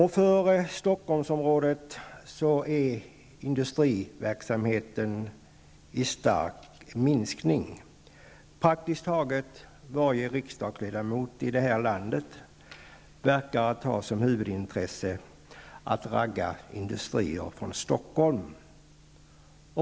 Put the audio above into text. I Stockholmsområdet är industriverksamheten i stark minskning. Praktiskt taget varje riksdagsledamot i det här landet verkar att ha som huvudintresse att ragga industrier från Stockholm.